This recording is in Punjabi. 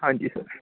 ਹਾਂਜੀ ਸਰ